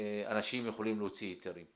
אנשים יכולים להוציא היתרים.